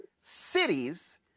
cities